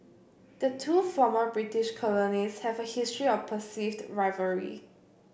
the two former British colonies have a history of perceived rivalry